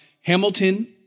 Hamilton